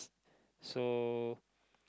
so